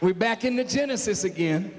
we're back in the genesis again